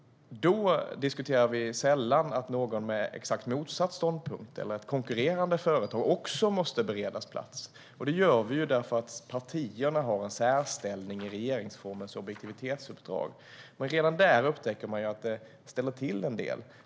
Då diskuterar vi sällan att någon med motsatt ståndpunkt eller ett konkurrerande företag också måste beredas plats. De politiska partierna har en särställning genom regeringsformens objektivitetsuppdrag. Redan där upptäcker man att det ställer till det en del.